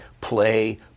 Play